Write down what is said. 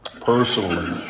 personally